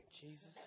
Jesus